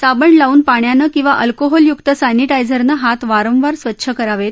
साबण लावून पाण्यानं किंवा अल्कोहोलय्क्त सॅनिटाइझरनं हात वारंवार स्वच्छ करावेत